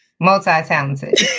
Multi-talented